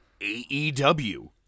AEW